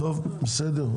בסדר.